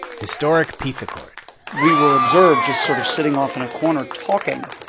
historic peace accord we were observed just sort of sitting off in a corner talking.